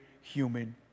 human